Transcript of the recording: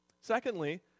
secondly